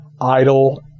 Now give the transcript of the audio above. idle